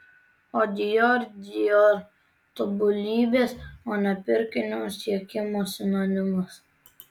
o dior dior tobulybės o ne pirkinio siekimo sinonimas